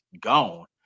gone